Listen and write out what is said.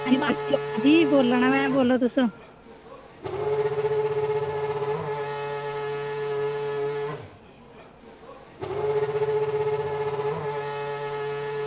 अंजी में बोल्ला ना बोल्लो तुस